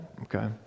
Okay